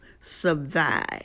survive